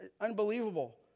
unbelievable